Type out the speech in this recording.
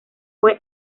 fue